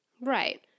right